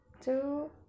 two